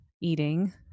eating